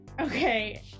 Okay